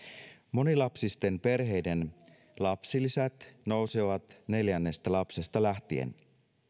monilapsisten perheiden lapsilisät nousevat neljännestä lapsesta lähtien